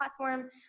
platform